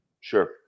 Sure